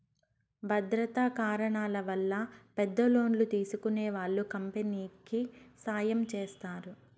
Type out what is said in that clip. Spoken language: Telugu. భద్రతా కారణాల వల్ల పెద్ద లోన్లు తీసుకునే వాళ్ళు కంపెనీకి సాయం చేస్తారు